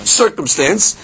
circumstance